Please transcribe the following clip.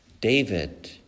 David